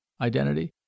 identity